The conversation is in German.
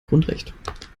grundrecht